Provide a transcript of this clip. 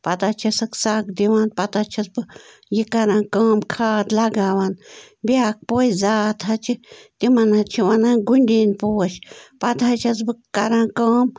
پتہٕ حظ چھَ سَکھ سَگ دِوان پتہٕ حظ چھَس بہٕ یہِ کَران کٲم کھاد لَگاوان بیٛاکھ پوشہٕ زاتھ حظ چھِ تِمن حظ چھِ وَنان گُنٛڈین پوش پتہٕ حظ چھَس بہٕ کَران کٲم